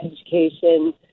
education